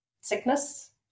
sickness